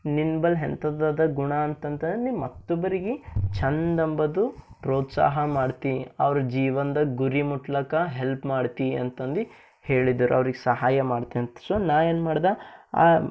ನಿನ್ನ ಬಲ್ ಎಂಥದ್ದು ಅದ ಗುಣ ಅಂತಂತರ ನೀನು ಮತೊಬ್ಬರಿಗೆ ಚಂದ ಅಂಬೋದು ಪ್ರೋತ್ಸಾಹ ಮಾಡ್ತಿ ಅವರ ಜೀವನ್ದಾಗ ಗುರಿ ಮುಟ್ಲಿಕ್ಕ ಹೆಲ್ಪ್ ಮಾಡ್ತಿ ಅಂತಂದು ಹೇಳಿದರು ಅವ್ರಿಗೆ ಸಹಾಯ ಮಾಡ್ತಿ ಅಂತ ಸೊ ನಾನು ಏನು ಮಾಡ್ದೆ